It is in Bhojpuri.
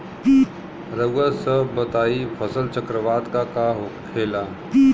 रउआ सभ बताई फसल चक्रवात का होखेला?